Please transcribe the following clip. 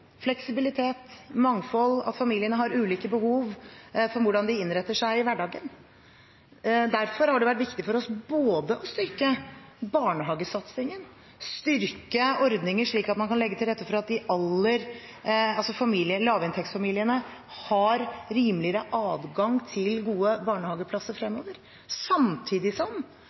fleksibilitet, mangfold og at familiene har ulike behov når det kommer til hvordan de innretter seg i hverdagen. Derfor har det vært viktig for oss å styrke barnehagesatsingen og styrke ordninger som gjør at man kan legge til rette for at lavinntektsfamiliene har rimeligere adgang til gode barnehageplasser fremover, samtidig som